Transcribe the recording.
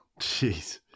jeez